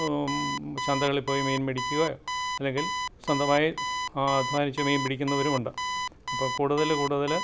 ചന്തകളിൽ പോയി മീൻ മേടിക്കുകയോ അല്ലെങ്കിൽ സ്വന്തമായി അധ്വാനിച്ച് മീൻ പിടിക്കുന്നവരുമുണ്ട് അപ്പം കൂടുതൽ കൂടുതൽ